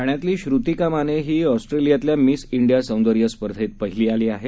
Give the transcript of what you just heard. ठाण्यातली श्र्तिका माने ही ऑस्ट्रेलियातल्या Miss India सौंदर्य स्पर्धेत पहिली आली आहे